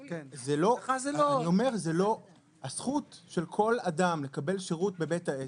הזכות של כל אדם לקבל שירות בבית העסק,